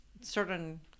certain